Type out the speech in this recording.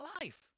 life